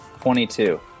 twenty-two